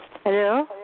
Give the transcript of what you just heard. Hello